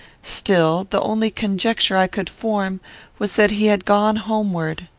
still, the only conjecture i could form was that he had gone homeward.